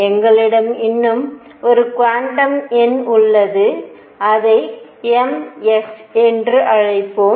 எங்களிடம் இன்னும் ஒரு குவாண்டம் எண் உள்ளது அதை m s என்று அழைப்போம்